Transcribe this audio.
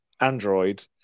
Android